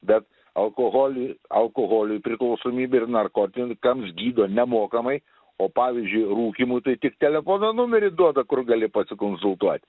bet alkoholiui alkoholiui priklausomybė ir narkotikams gydo nemokamai o pavyzdžiui rūkymui tai tik telefono numerį duoda kur gali pasikonsultuot